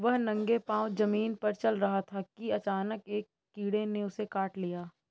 वह नंगे पांव जमीन पर चल रहा था कि अचानक एक कीड़े ने उसे काट लिया